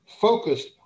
focused